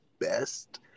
best